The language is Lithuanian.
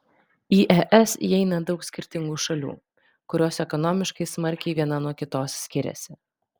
į es įeina daug skirtingų šalių kurios ekonomiškai smarkiai viena nuo kitos skiriasi